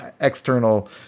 external